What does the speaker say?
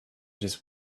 just